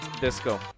disco